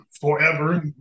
forever